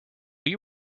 will